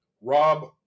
Rob